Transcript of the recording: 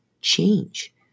change